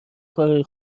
کارای